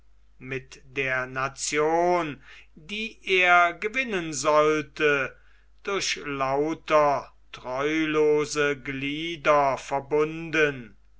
mit der nation die er gewinnen sollte durch lauter treulose glieder verbunden